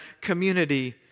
community